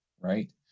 right